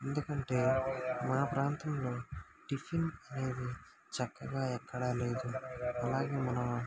ఎందుకంటే మా ప్రాంతంలో టిఫిన్ అనేది చక్కగా ఎక్కడ లేదు అలాగే మనం